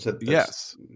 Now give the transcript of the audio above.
yes